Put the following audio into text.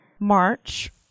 March